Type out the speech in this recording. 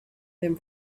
than